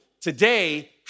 today